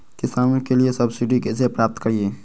किसानों के लिए सब्सिडी कैसे प्राप्त करिये?